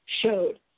showed